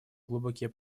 глубокие